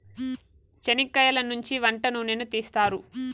చనిక్కయలనుంచి వంట నూనెను తీస్తారు